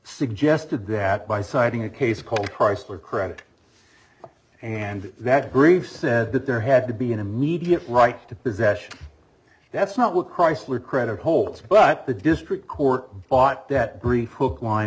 suggested that by citing a case called chrysler credit and that brief said that there had to be an immediate right to possession that's not what chrysler credit holds but the district court thought that grief hook line